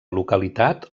localitat